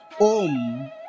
Om